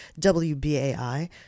WBAI